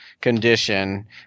Condition